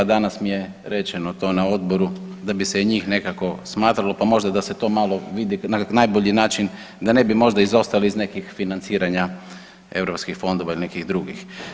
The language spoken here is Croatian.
Danas mi je rečeno to na odboru da bi se i njih nekako smatralo pa možda da se to malo vidi na najbolji način da ne bi možda izostali iz nekih financiranja europskih fondova ili nekih drugih.